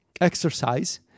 exercise